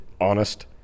honest